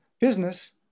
business